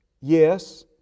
yes